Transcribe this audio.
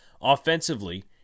Offensively